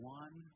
one